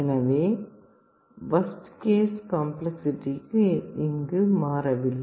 எனவே worst case complexity இங்கு மாறவில்லை